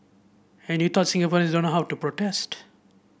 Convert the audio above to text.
and you thought Singaporeans don't know how to protest